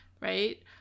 Right